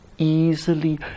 easily